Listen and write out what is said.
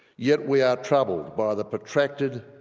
yet we are troubled by the protracted,